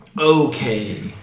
Okay